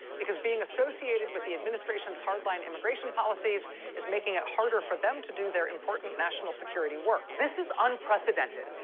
because being associated with the administration's hard-line immigration policies is making it harder for them to do their important national security work. this is unprecedented.